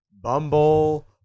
Bumble